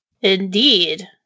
Indeed